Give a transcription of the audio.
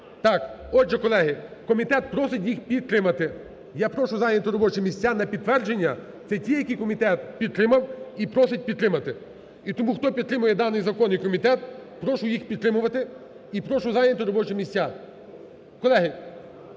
так, отже, колеги, комітет просить їх підтримати. Я прошу зайняти робочі місця. На підтвердження – це ті, які комітет підтримав і просить підтримати. І тому хто підтримує даний закон і комітет, прошу їх підтримувати і прошу зайняти робочі місця. Колеги,